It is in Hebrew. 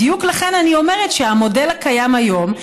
בדיוק לכן אני אומרת שהמודל הקיים היום,